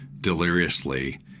deliriously